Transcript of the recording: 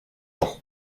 ans